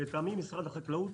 לדעתי משרד החקלאות